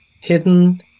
hidden